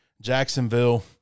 Jacksonville